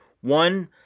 One